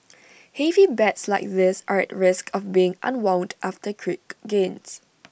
heavy bets like this are at risk of being unwound after quick gains